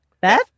Beth